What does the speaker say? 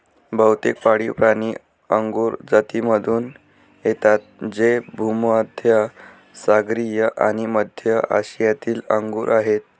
बहुतेक पाळीवप्राणी अंगुर जातीमधून येतात जे भूमध्य सागरीय आणि मध्य आशियातील अंगूर आहेत